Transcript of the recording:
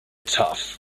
tough